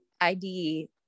ID